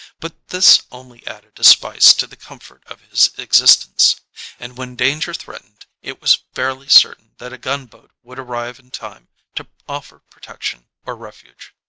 but this only added a spice to the comfort of his ex istence and when danger threatened it was fairly certain that a gunboat would arrive in time to offer protection or refuge.